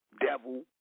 devil